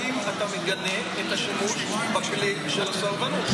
האם אתה מגנה את השימוש בכלי של הסרבנות?